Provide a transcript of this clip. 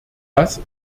das